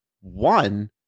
one